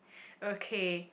okay